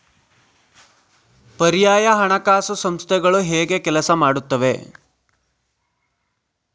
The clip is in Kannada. ಪರ್ಯಾಯ ಹಣಕಾಸು ಸಂಸ್ಥೆಗಳು ಹೇಗೆ ಕೆಲಸ ಮಾಡುತ್ತವೆ?